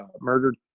murdered